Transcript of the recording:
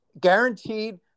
guaranteed